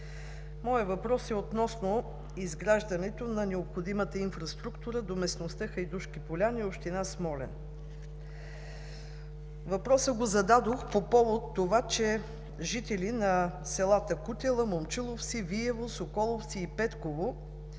моят въпрос е относно изграждането на необходимата инфраструктура до местността „Хайдушки поляни“, община Смолян. Въпросът го зададох по повод това, че жители на селата Кутела, Момчиловци, Виево, Соколовци и Петково